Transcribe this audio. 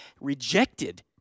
rejected